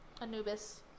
Anubis